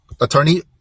attorney